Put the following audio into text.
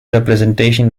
representation